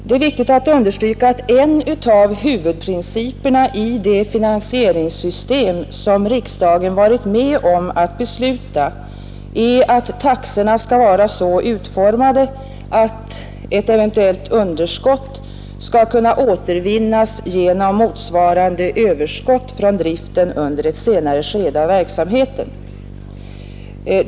Det är viktigt att understryka att en av huvudprinciperna i det finansieringssystem som riksdagen varit med om att besluta är att taxorna skall vara så utformade att ett eventuellt underskott skall kunna återvinnas genom motsvarande överskott från driften under ett senare skede av verksamheten.